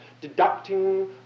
deducting